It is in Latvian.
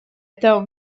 tev